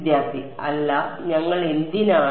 വിദ്യാർത്ഥി അല്ല ഞങ്ങൾ എന്തിനാണ്